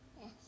Yes